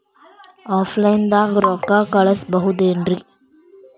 Offline ದಾಗ ರೊಕ್ಕ ಕಳಸಬಹುದೇನ್ರಿ?